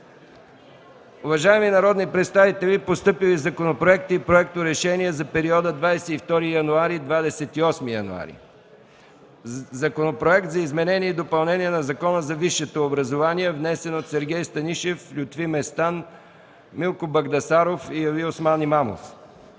Уважаеми народни представители, постъпили законопроекти и проекторешения за периода 22-28 януари 2014 г.: Законопроект за изменение и допълнение на Закона за висшето образование. Вносители – Сергей Станишев, Лютви Местан, Милко Багдасаров и Алиосман Имамов.